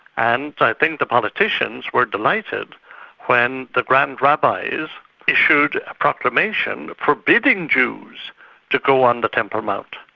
and i think the politicians were delighted when the grand rabbis issued a proclamation forbidding jews to go on the temple mount,